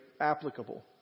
applicable